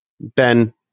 ben